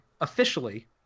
officially